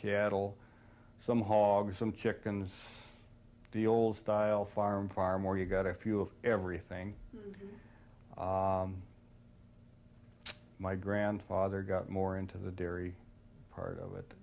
cattle some hawg some chickens the old style farm farm or you got a few of everything my grandfather got more into the dairy part of it